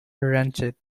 rancid